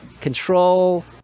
Control